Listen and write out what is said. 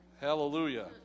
Hallelujah